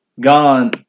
gone